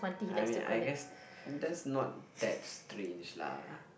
I mean I guess that's not that strange lah